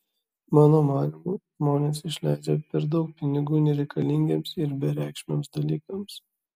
mano manymu žmonės išleidžia per daug pinigų nereikalingiems ir bereikšmiams dalykams